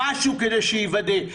למישהו כדי שיוודא.